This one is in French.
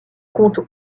compte